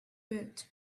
bird